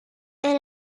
and